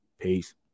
Peace